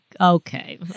Okay